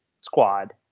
squad